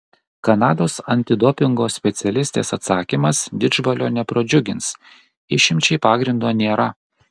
kanados antidopingo specialistės atsakymas didžbalio nepradžiugins išimčiai pagrindo nėra